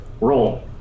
roll